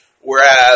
Whereas